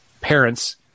parents